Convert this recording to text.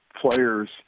players